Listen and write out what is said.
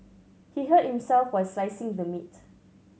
he hurt himself while slicing the meat